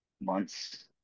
months